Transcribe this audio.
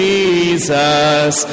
Jesus